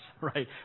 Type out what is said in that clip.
right